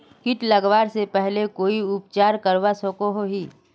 किट लगवा से पहले कोई उपचार करवा सकोहो ही?